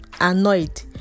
Annoyed